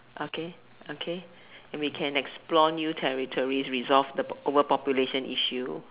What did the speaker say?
okay okay and we can explore new territories resolve the world population issue